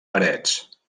parets